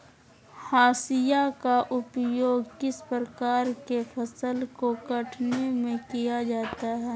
हाशिया का उपयोग किस प्रकार के फसल को कटने में किया जाता है?